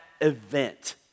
event